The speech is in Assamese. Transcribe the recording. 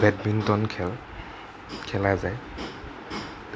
বেডমিণ্টন খেল খেলা যায়